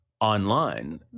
online